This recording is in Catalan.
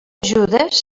judes